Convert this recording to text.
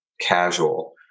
casual